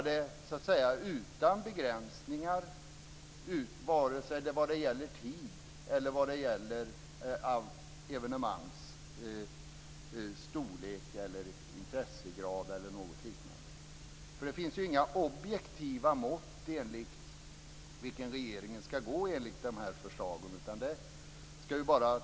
Det kan göras utan begränsningar vare sig vad gäller tid eller vad gäller evenemangens storlek, intressegrad eller något liknande. Det finns inga objektiva mått enligt vilka regeringen skall gå enligt de här förslagen.